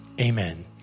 amen